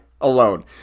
alone